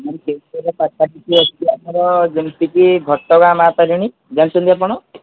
ma'am ସେଇ ପଟ କଥା ଟିକେ ଅଛି ଆମର ଯେମିତିକି ଘଟ ଗାଁ ମାଆ ତାରିଣୀ ଜାଣିଛନ୍ତି ଆପଣ